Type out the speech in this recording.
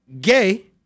gay